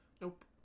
nope